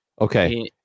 Okay